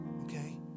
okay